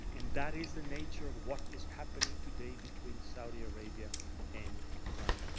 and that is the nature of what is happening today between saudi arabia and iran.